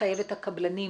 לחייב את הקבלנים